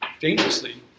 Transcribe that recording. dangerously